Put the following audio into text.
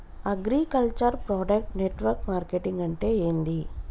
Agriculture product network marketing అంటే ఏంది?